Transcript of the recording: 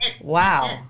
Wow